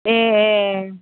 ए ए